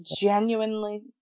genuinely